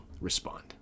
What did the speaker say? respond